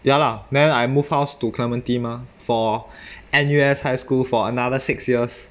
ya lah then I move house to clementi mah for N_U_S high school for another six years